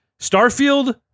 Starfield